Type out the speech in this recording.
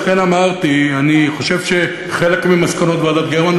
לכן אמרתי: אני חושב שחלק ממסקנות ועדת גרמן,